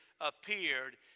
appeared